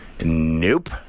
Nope